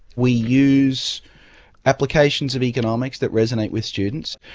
we use applications of economics that resonate with students.